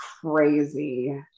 crazy